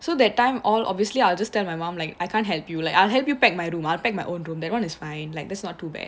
so that time all obviously I'll just tell my mom like I can't help you like I'll help you pack my room I pack my own room that one is fine like that's not too bad